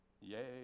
Yay